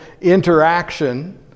interaction